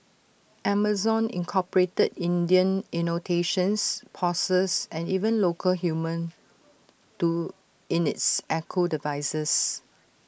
Amazon incorporated Indian intonations pauses and even local humour to in its echo devices